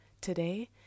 Today